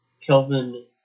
Kelvin